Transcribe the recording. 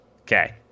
Okay